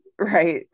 right